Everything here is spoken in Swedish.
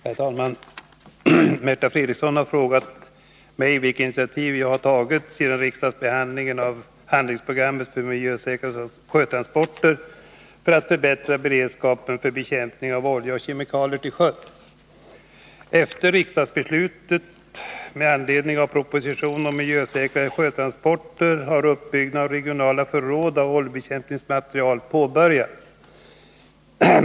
Herr talman! Märta Fredrikson har frågat mig vilka initiativ jag har tagit sedan riksdagsbehandlingen av handlingsprogrammet för miljösäkrare sjötransporter för att förbättra beredskapen för bekämpning av olja och kemikalier till sjöss. Efter riksdagens beslut med anledning av propositionen om miljösäkrare sjötransporter har uppbyggnaden av regionala förråd av oljebekämpningsmateriel påbörjats.